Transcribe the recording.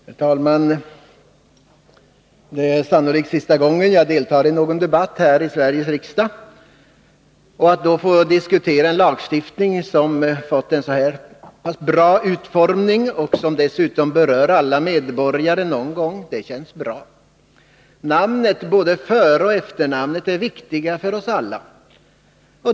Herr talman! Det är sannolikt sista gången jag deltar i någon debatt här i Sveriges riksdag — och att då få diskutera en lagstiftning som fått en så pass bra utformning som den nu föreslagna, och som dessutom berör alla medborgare någon gång, känns bra. Namnen — både föroch efternamnet — är viktiga för oss alla.